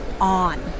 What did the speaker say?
on